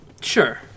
Sure